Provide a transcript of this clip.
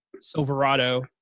Silverado